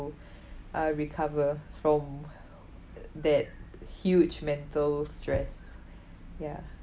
uh recover from that huge mental stress ya